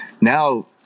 Now